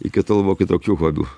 iki tol buvo kitokių hobių